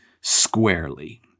squarely